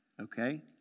okay